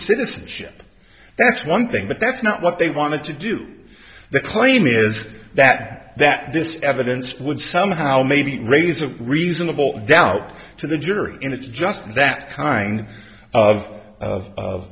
citizenship that's one thing but that's not what they wanted to do the claim is that that this evidence would somehow maybe raise a reasonable doubt to the jury and it's just that kind of